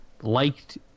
liked